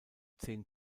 zehn